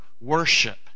worship